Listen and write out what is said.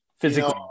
Physically